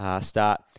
start